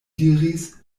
diris